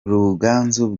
ruganzu